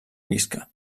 visca